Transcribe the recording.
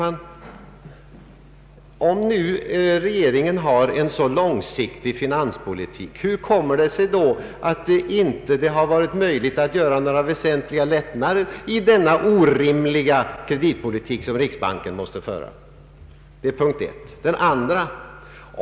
Låt mig få ställa ett par frågor: Om nu regeringen har en så långsiktig finanspolitik, hur kommer det sig då att det inte varit möjligt att göra några väsentliga lättnader i den orimliga kreditpolitik som riksbanken måst föra?